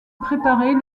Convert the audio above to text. préparait